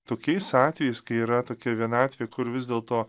tokiais atvejais kai yra tokia vienatvė kur vis dėlto